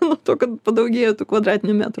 dėl to kad padaugėjo tų kvadratinių metrų